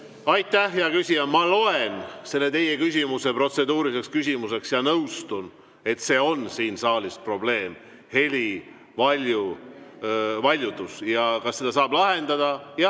Aitäh, hea küsija! Ma loen selle teie küsimuse protseduuriliseks küsimuseks ja nõustun, et see on siin saalis probleem. Heli valjutus. Kas seda saab lahendada? Jah,